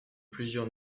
plusieurs